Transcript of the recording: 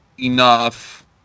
enough